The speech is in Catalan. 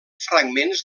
fragments